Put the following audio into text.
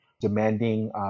demanding